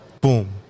boom